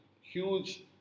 huge